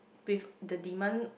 with the demand